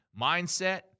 mindset